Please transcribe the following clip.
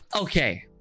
Okay